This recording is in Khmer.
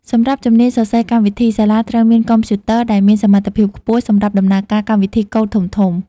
សម្រាប់ជំនាញសរសេរកម្មវិធី សាលាត្រូវមានកុំព្យូទ័រដែលមានសមត្ថភាពខ្ពស់សម្រាប់ដំណើរការកម្មវិធីកូដធំៗ។